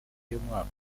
y’umwaka